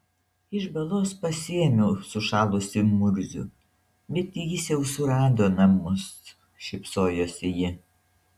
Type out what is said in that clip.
iš balos pasiėmiau sušalusį murzių bet jis jau surado namus šypsojosi ji